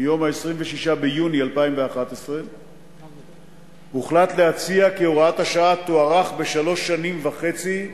מיום 26 ביוני 2011 הוחלט להציע כי הוראת השעה תוארך בשלוש שנים וחצי,